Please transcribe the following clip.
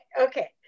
okay